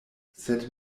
sed